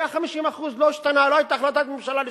היה 50%, לא השתנה, לא היתה החלטת ממשלה לשנות,